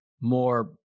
more